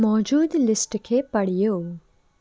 मौजूद लिस्ट खे पढ़ियो